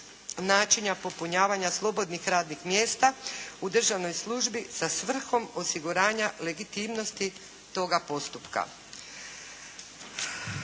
načina popunjavanja slobodnih radnih mjesta u državnoj službi sa svrhom osiguranja legitimnosti toga postupka.